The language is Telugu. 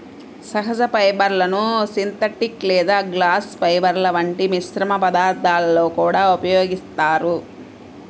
సహజ ఫైబర్లను సింథటిక్ లేదా గ్లాస్ ఫైబర్ల వంటి మిశ్రమ పదార్థాలలో కూడా ఉపయోగిస్తారు